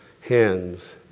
hands